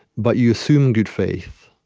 but you assume good faith,